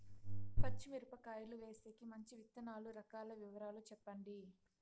పచ్చి మిరపకాయలు వేసేకి మంచి విత్తనాలు రకాల వివరాలు చెప్పండి?